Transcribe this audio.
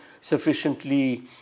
sufficiently